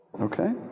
Okay